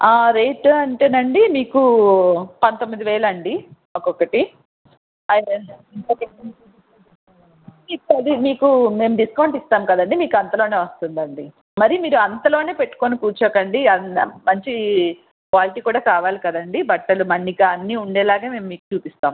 ఆ రేట్ అంటేనండి మీకు పంతొమ్మిదివేలండి ఒకొక్కటి ఓకే అది మీకు మేము డిస్కౌంట్ ఇస్తాం కదండీ మీకు అంతలోనే వస్తుందండి మరీ మీరు అంతలోనే పెట్టుకొని కూర్చోకండి అన్ మంచి క్వాలిటీ కూడా కావాలి కదండీ బట్టలు మన్నిక అన్ని ఉండేలాగా మేం మీకు చూపిస్తాం